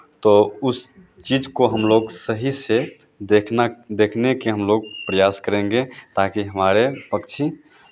तो उस चीज़ को हम लोग सही से देखना देखने के हम लोग प्रयास करेंगे ताकि हमारे पक्षी